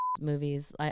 movies